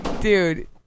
dude